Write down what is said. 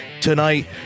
Tonight